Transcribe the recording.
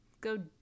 go